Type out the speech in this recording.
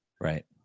right